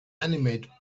inanimate